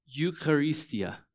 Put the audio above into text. Eucharistia